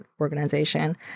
organization